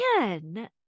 again